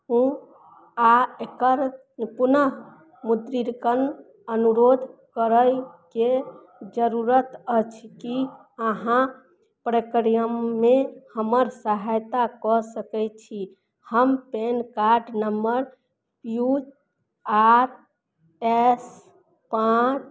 हुँ आओर एकर पुनर्मुद्रण अनुरोध करैके जरूरत अछि कि अहाँ प्रक्रियामे हमर सहायता कऽ सकै छी हमर PAN card number P Q R S पाँच